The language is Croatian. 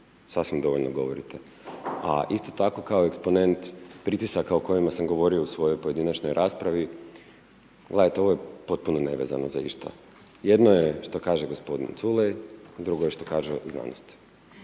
sasvim dovoljno govorite. A isto tako kao eksponent pritisaka o kojima sam govorio u svojoj pojedinačnoj raspravi, gledajte ovo je potpuno nevezano za ništa. Jedno je što kaže gospodin Culej, drugo je što kaže znanost.